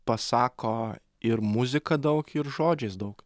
pasako ir muzika daug ir žodžiais daug